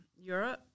Europe